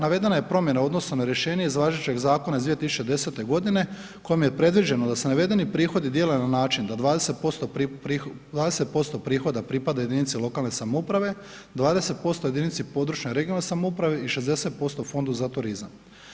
Navedena je promjena u odnosu na rješenje iz važećeg zakona iz 2010. godine kojom je predviđeno da se navede ni prihodi dijele na način da 20% prihoda pripada jedinici lokalne samouprave, 20% jedinici područne (regionalne) samouprave i 60% fondu za turizam.